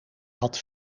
had